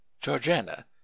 Georgiana